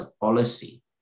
policy